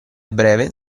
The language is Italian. breve